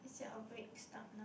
is it a break start now